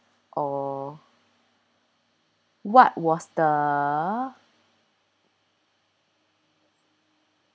or what was the